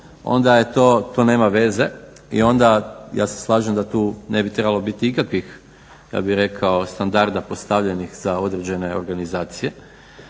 onda to nema veze. I onda ja se slažem da tu ne bi trebalo biti ikakvih ja bih rekao standarda postavljenih za određene organizacije,